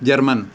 German